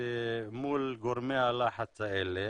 מול גורמי הלחץ האלה